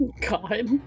God